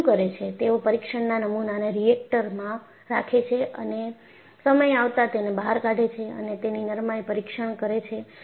તેઓ શું કરે છે તેઓ પરીક્ષણના નમુનાને રિએક્ટરમાં રાખે છે અને સમય આવતા તેને બહાર કાઢે છે અને તેની નરમાઇ પરીક્ષણ કરે છે